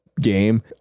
game